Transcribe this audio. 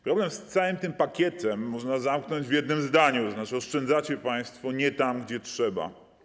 Problem z całym tym pakietem można zamknąć w jednym zdaniu: oszczędzacie państwo nie tam, gdzie trzeba.